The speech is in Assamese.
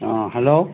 অঁ হেল্ল'